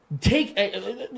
take